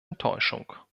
enttäuschung